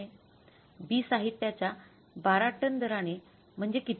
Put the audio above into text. B साहित्याच्या १२ ton दराने म्हणजे किती